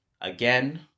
Again